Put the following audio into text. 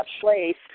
place